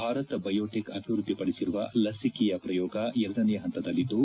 Bharat Biotech ಅಭಿವೃದ್ದಿಪಡಿಸಿರುವ ಲಸಿಕೆಯ ಪ್ರಯೋಗ ಎರಡನೇ ಹಂತದಲ್ಲಿದ್ದು